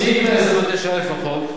סעיף 129א לחוק,